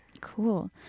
Cool